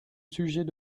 sujet